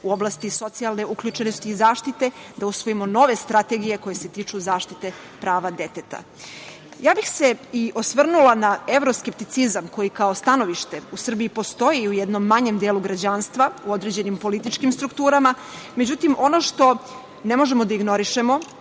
u oblasti socijalne uključenosti i zaštite, da usvojimo nove strategije koje se tiču zaštite prava deteta. Osvrnula bih se i na evroskepticizam, koji kao stanovište u Srbiji postoji u jednom manjem delu građanstva, u određenim političkim strukturama. Međutim, ono što ne možemo da ignorišemo